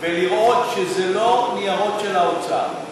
ולראות שזה לא ניירות של האוצר.